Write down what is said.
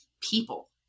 people